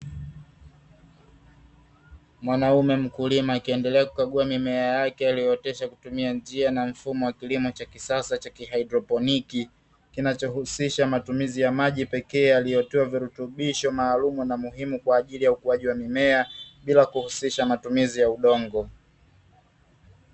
Mwanaume mkulima akiendelea kukagua mimea yake aliyootesha kwa kutumia njia na mfumo wa kilimo cha kisasa cha kihydroponiki ,kinachohusisha matumizi ya maji pekee yaliyotiwa virutubisho maalumu na muhimu kwa ajili ya ukuaji wa mimea bila kuhusisha matumizi ya udongo.